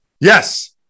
yes